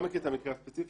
לא מכיר את המקרה הספציפי,